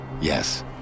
Yes